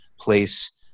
place